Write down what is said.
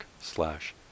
slash